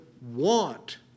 want